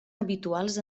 habituals